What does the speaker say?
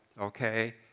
okay